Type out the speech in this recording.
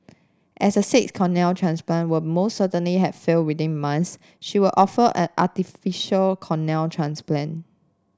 as a sixth cornea transplant would most certainly have failed within month she was offered an artificial cornea transplant